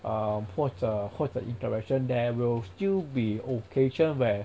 um 或者或者 interaction there will still be occasion where